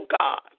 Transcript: God